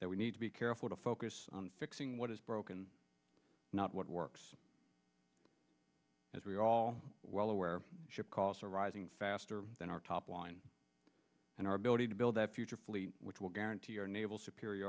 that we need to be careful to focus on fixing what is broken not what works as we're all well aware ship costs are rising faster than our top line and our ability to build that future fleet which will guarantee our naval superior